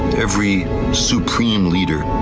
every supreme leader,